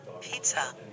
Pizza